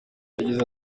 yagize